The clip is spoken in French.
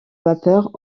vapeur